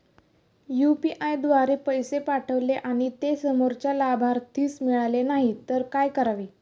UPI द्वारे पैसे पाठवले आणि ते समोरच्या लाभार्थीस मिळाले नाही तर काय करावे?